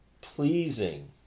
pleasing